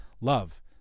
love